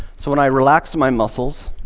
so when i relax my muscles